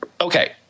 okay